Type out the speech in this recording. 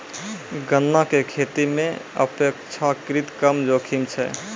गन्ना के खेती मॅ अपेक्षाकृत कम जोखिम छै